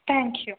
thank you